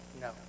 No